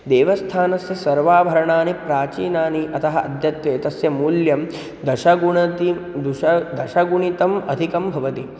देवस्थानस्य सर्वाभरणानि प्राचीनानि अतः अद्यत्वे तस्य मूल्यं दशगुणितं दश दशगुणितम् अधिकं भवति